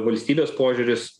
valstybės požiūris